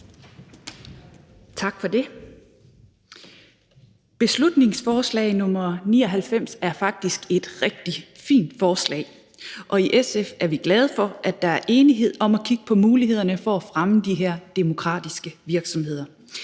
Tak for det. Beslutningsforslag nr. B 99 er faktisk et rigtig fint forslag, og i SF er vi glade for, at der er enighed om at kigge på mulighederne for at fremme de her demokratiske virksomheder.